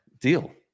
deal